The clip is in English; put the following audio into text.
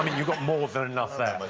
you got more than enough there.